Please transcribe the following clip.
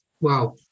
Wow